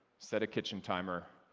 set a kitchen timer.